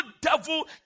devil